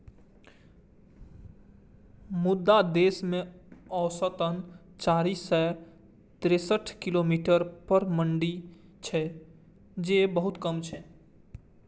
मुदा देश मे औसतन चारि सय तिरेसठ किलोमीटर पर मंडी छै, जे बहुत कम छै